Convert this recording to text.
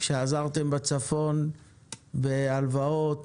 שעזרתם בצפון בהלוואות